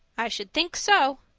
i should think so!